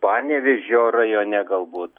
panevėžio rajone galbūt